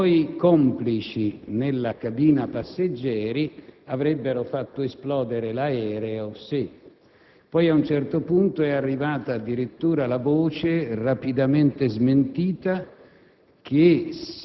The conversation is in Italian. che suoi complici nella cabina passeggeri avrebbero fatto esplodere l'aereo, nello stesso caso. Poi, a un certo punto, è arrivata addirittura la voce, rapidamente smentita,